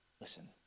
Listen